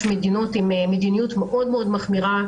יש מדינות עם מדיניות מאוד מאוד מחמירה,